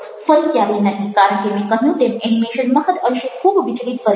ફરી ક્યારેય નહિ કારણ કે મેં કહ્યું તેમ એનિમેશન મહદ અંશે ખૂબ વિચલિત કરે છે